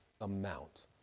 amount